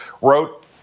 wrote